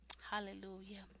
hallelujah